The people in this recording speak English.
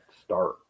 start